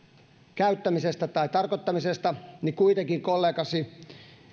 käyttämisestä tai sen tarkoittamisesta niin kuitenkin kollegasi